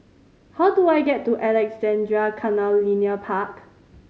how do I get to Alexandra Canal Linear Park